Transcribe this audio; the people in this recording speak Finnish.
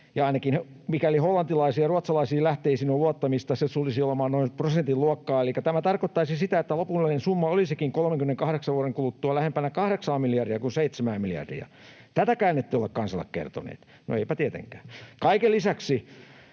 ja ainakin mikäli hollantilaisiin ja ruotsalaisiin lähteisiin on luottamista, se tulisi olemaan noin prosentin luokkaa, elikkä tämä tarkoittaisi sitä, että lopullinen summa olisikin 38 vuoden kuluttua lähempänä 8:aa miljardia kuin 7:ää miljardia. Tätäkään ette ole kansalle kertoneet. No, ettepä tietenkään.